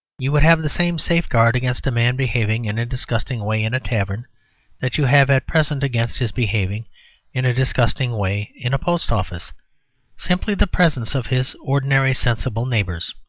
you would have the same safeguard against a man behaving in a disgusting way in a tavern that you have at present against his behaving in a disgusting way in a post-office simply the presence of his ordinary sensible neighbours.